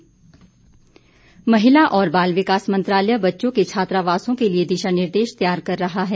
मेनका गांधी महिला और बाल विकास मंत्रालय बच्चों के छात्रावासों के लिए दिशा निर्देश तैयार कर रहा है